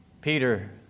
Peter